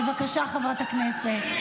בבקשה, חברת הכנסת.